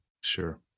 Sure